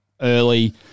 early